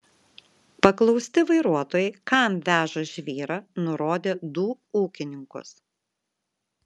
paklausti vairuotojai kam veža žvyrą nurodė du ūkininkus